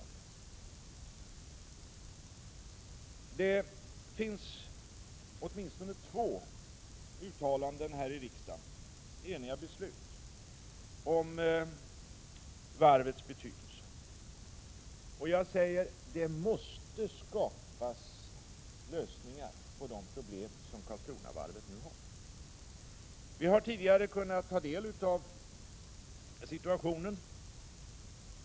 Det finns åtminstone två uttalanden och eniga beslut här i riksdagen om varvets betydelse. Det måste skapas lösningar på de problem som Karlskronavarvet nu har. Vi har tidigare kunnat ta del av situationen.